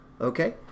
Okay